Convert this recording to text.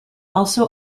also